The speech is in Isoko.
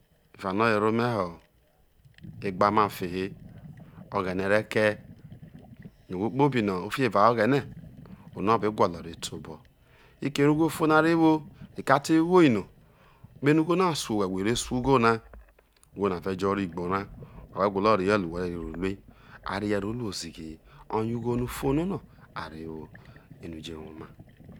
Eva no̱ o̱ were ome̱ ho̱ egba mai fe hei oghene re̱ ke̱ yo̱ ohwo kpobino o fi evaho̱ o̱ghene oho o be gwolo o re tei obio̱ fiki ere ugho fo mo̱ a re̱ wo reko̱ a te woi no kpeno ugho na su owhe̱ whe re su ugho na ve jo on gbo ra oware no̱ whe̱ gwolo ro whe̱ re̱ rehie ro ruel a rehie ru ozighihi oye ughono ufo no no̱ a re wo ene u je woma.